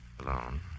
Alone